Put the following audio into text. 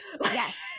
Yes